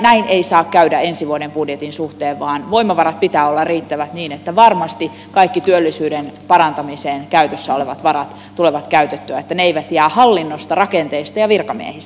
näin ei saa käydä ensi vuoden budjetin suhteen vaan voimavarat pitää olla riittävät niin että varmasti kaikki työllisyyden parantamiseen käytössä olevat varat tulevat käytettyä että se ei jää hallinnosta rakenteista ja virkamiehistä kiinni